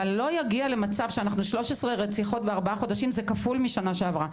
אבל לא יגיע למצב שאנחנו 13 רציחות בארבעה חודשים זה כפול משנה שעברה.